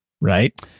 right